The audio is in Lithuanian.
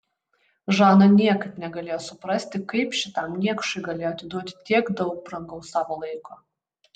žana niekaip negalėjo suprasti kaip šitam niekšui galėjo atiduoti tiek daug brangaus savo laiko